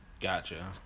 Gotcha